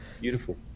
Beautiful